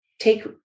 take